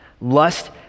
Lust